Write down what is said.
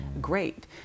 great